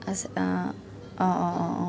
আছে অঁ অঁ অঁ অঁ অঁ